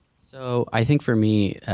so i think for me,